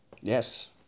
Yes